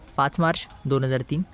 पाच मार्च दोन हजार तीन